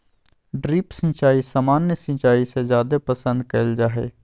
drip सिंचाई सामान्य सिंचाई से जादे पसंद कईल जा हई